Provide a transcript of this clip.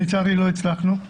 לצערי לא הצלחנו,